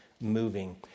moving